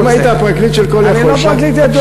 אם היית הפרקליט של "Call יכול" אני לא פרקליט ידוע,